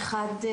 האחד,